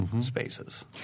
spaces